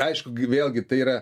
aišku gi vėlgi tai yra